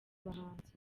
bahanzi